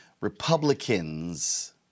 Republicans